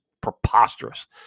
preposterous